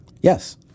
Yes